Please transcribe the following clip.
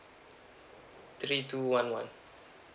three two one one